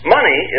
Money